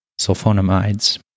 sulfonamides